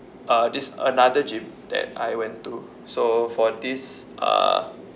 uh this another gym that I went to so for this uh